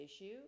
issue